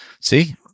See